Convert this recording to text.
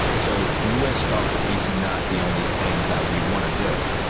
ah so u s. stocks is not the only thing that we want to do.